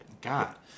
god